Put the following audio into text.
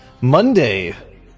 Monday